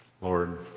Lord